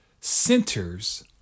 centers